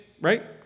right